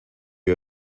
you